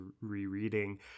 rereading